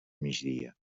migdia